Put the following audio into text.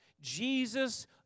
Jesus